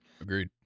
Agreed